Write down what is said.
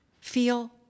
feel